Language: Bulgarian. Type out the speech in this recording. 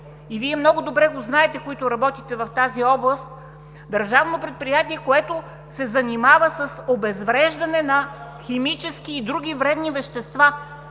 и Вие много добре го знаете, които работите в тази област, държавно предприятие, което се занимава с обезвреждане на химически и други вредни вещества.